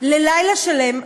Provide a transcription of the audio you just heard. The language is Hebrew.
ללילה שלם,